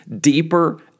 deeper